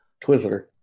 twizzler